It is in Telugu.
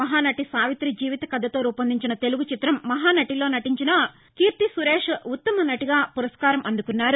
మహానటీ సావితి జీవితకథతో రూపొందిన తెలుగు చిత్రం మహానటీలో నటించిన కీర్తిసురేష్ ఉత్తమనటీగా పురస్కారం అందుకున్నారు